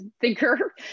thinker